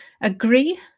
Agree